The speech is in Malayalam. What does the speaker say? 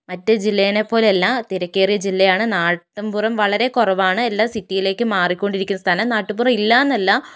മറ്റേ ജില്ലേനെ പോലെയല്ല തിരക്കേറിയ ജില്ലയാണ് നാട്ടിൻപുറം വളരെ കുറവാണ് എല്ലാം സിറ്റിയിലേക്ക് മാറിക്കൊണ്ടിരിക്കുന്ന സ്ഥലം നാട്ടിൻപുറം ഇല്ലയെന്നല്ല